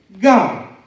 God